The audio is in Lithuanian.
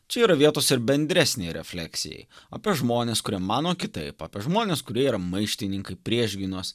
čia yra vietos ir bendresnei refleksijai apie žmones kurie mano kitaip apie žmones kurie yra maištininkai priešgynos